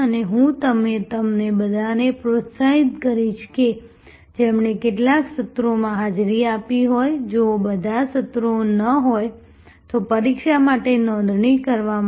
અને હું તમને બધાને પ્રોત્સાહિત કરીશ કે જેમણે કેટલાક સત્રોમાં હાજરી આપી હોય જો બધા સત્રો ન હોય તો પરીક્ષા માટે નોંધણી કરાવવા માટે